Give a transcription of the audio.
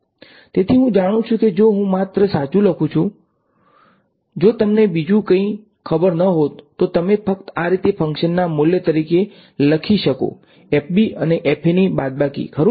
તેથી હું જાણું છું કે જો હું માત્ર સાચુ લખુ છુ જો તમને બીજું કંઇ ખબર ન હોત તો તમે ફક્ત આ રીતે ફંકશનના મૂલ્ય તરીકે લખી શકશો fb અને fa ની બાદબાકી ખરુ ને